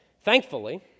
Thankfully